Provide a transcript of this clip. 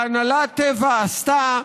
שהנהלת טבע עשתה,